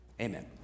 Amen